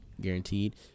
guaranteed